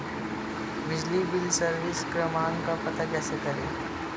बिजली bill service क्रमांक का पता कैसे करें?